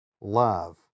love